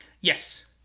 Yes